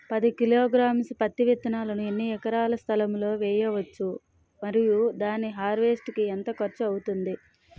పది కిలోగ్రామ్స్ పత్తి విత్తనాలను ఎన్ని ఎకరాల స్థలం లొ వేయవచ్చు? మరియు దాని హార్వెస్ట్ కి ఎంత ఖర్చు అవుతుంది?